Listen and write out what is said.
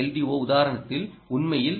ஓ உதாரணத்தில் உண்மையில் எல்